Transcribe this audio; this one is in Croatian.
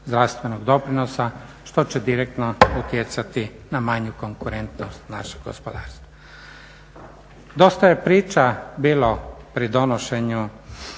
zdravstvenog doprinosa što će direktno utjecati na manju konkurentnost našeg gospodarstva. Dosta je priča bilo pri donošenju